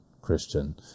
Christian